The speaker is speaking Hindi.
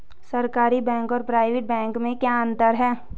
सरकारी बैंक और प्राइवेट बैंक में क्या क्या अंतर हैं?